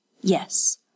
Yes